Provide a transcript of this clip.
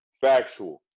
factual